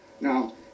Now